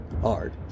Hard